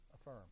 affirm